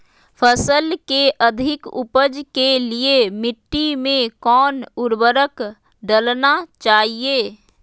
फसल के अधिक उपज के लिए मिट्टी मे कौन उर्वरक डलना चाइए?